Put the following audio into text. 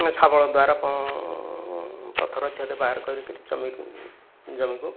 ସାବଳ ଦ୍ୱାରା ପଥର ଇତ୍ୟାଦି ବାହାର କରିକିରି ଜମିରୁ ଜମିକୁ